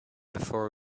before